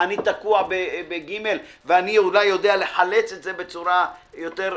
אני תקוע ב-ג' ואני אולי יודע לחלץ את זה בצורה טובה יותר,